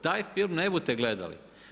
Taj film ne budete gledali.